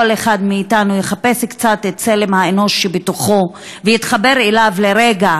כל אחד מאתנו יחפש קצת את צלם האנוש שבתוכו ויתחבר אליו לרגע,